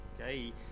okay